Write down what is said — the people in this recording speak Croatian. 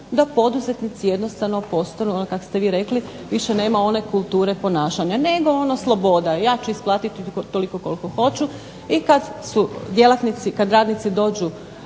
da poduzetnici jednostavno postanu, ono kako ste vi rekli više nema one kulture ponašanja, nego ono sloboda, ja ću isplatiti toliko koliko hoću, i kad su